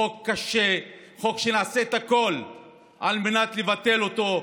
חוק קשה, חוק שנעשה הכול על מנת לבטל אותו.